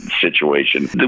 situation